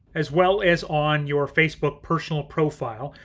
as well as on your facebook personal profile.